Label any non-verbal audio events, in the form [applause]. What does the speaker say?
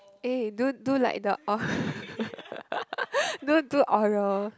eh do do like the [laughs] you know do oral